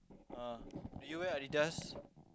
uh did you wear Adidas